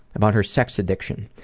about her sex addiction,